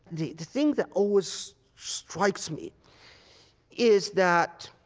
the the thing that always strikes me is that,